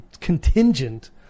contingent